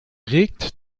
regt